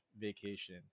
vacation